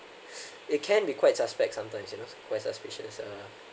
it can be quite suspect sometimes you know quite suspicious uh